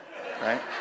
right